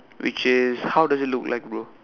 which is how does it look like bro